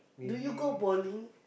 do you go bowling